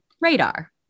radar